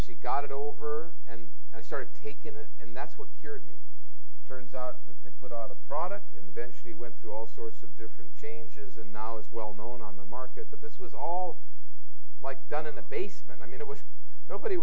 she got it over and i started taking it and that's what cured me turns out and put on a product invention it went through all sorts of different changes and now is well known on the market but this was all like done in the basement i mean it was nobody